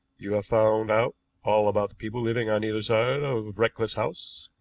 you have found out all about the people living on either side of ratcliffe's house?